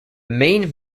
main